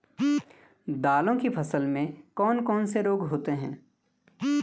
दालों की फसल में कौन कौन से रोग होते हैं?